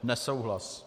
Nesouhlas.